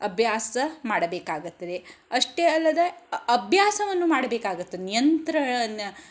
ಅಭ್ಯಾಸ ಮಾಡಬೇಕಾಗತ್ತದೆ ಅಷ್ಟೇ ಅಲ್ಲದೆ ಅಭ್ಯಾಸವನ್ನು ಮಾಡಬೇಕಾಗತ್ತದೆ ನಿಯಂತ್ರಣ